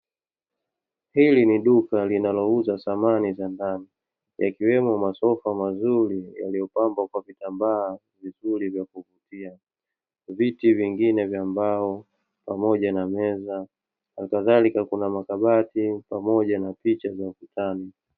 Hili ni duka linalouza samani za ndani, ikiwemo masofa mazuri yaliyopambwa kwa vitambaa vizuri vya kuvutia, viti vingine vya mbao, pamoja na meza. Hali kadhalika, kuna makabati, pamoja na picha za ukutani.